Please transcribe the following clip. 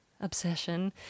obsession